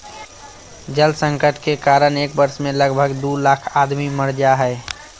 जल संकट के कारण एक वर्ष मे लगभग दू लाख आदमी मर जा हय